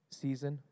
season，